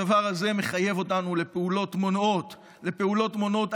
הדבר הזה מחייב אותנו לפעולות מונעות עכשיו,